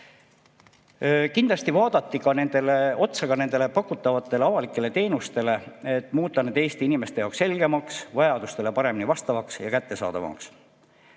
Kindlasti vaadati otsa ka pakutavatele avalikele teenustele, et muuta need Eesti inimeste jaoks selgemaks, vajadustele paremini vastavaks ja kättesaadavamaks.